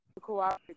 cooperate